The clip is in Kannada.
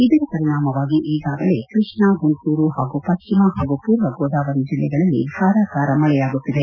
ಇದರ ಪರಿಣಾಮವಾಗಿ ಈಗಾಗಲೇ ಕೃಷ್ಣಾ ಗುಂಟೂರು ಹಾಗೂ ಪಶ್ಚಿಮ ಹಾಗೂ ಪೂರ್ವ ಗೋದಾವರಿ ಜಿಲ್ಲೆಗಳಲ್ಲಿ ಧಾರಾಕಾರ ಮಳೆಯಾಗುತ್ತಿದೆ